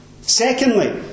Secondly